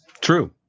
true